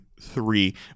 three